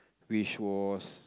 which was